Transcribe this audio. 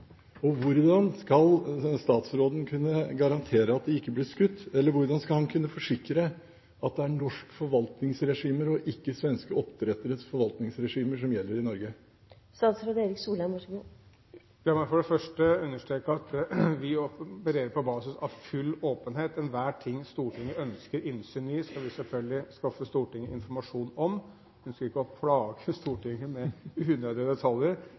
Hvordan skal statsråden kunne garantere at de ikke blir skutt? Eller hvordan skal han kunne forsikre at det er norsk forvaltningsregime og ikke svenske oppdretteres forvaltningsregime som gjelder i Norge? La meg for det første understreke at vi opererer på basis av full åpenhet. Ethvert tema Stortinget ønsker innsyn i, skal vi selvfølgelig skaffe Stortinget informasjon om. Nå ønsker vi ikke å plage Stortinget med unødvendige detaljer,